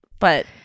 But-